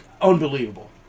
Unbelievable